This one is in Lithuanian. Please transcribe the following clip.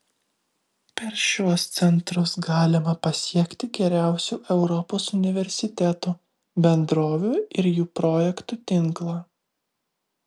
per šiuos centrus galima pasiekti geriausių europos universitetų bendrovių ir jų projektų tinklą